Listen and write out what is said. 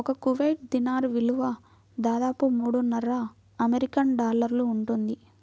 ఒక కువైట్ దీనార్ విలువ దాదాపు మూడున్నర అమెరికన్ డాలర్లు ఉంటుంది